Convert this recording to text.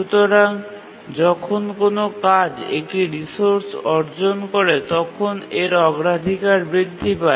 সুতরাং যখন কোনও কাজ একটি রিসোর্স অর্জন করে তখন এর অগ্রাধিকার বৃদ্ধি পায়